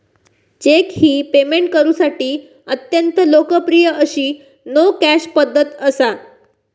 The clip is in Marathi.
चेक ही पेमेंट करुसाठी अत्यंत लोकप्रिय अशी नो कॅश पध्दत असा